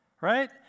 right